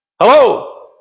Hello